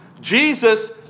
Jesus